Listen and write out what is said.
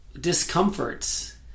discomforts